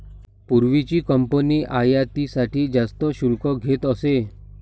पूर्वीची कंपनी आयातीसाठी जास्त शुल्क घेत असे